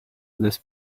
this